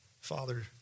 Father